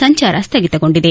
ಸಂಚಾರ ಸ್ನಗಿತಗೊಂಡಿದೆ